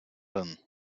then